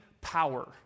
power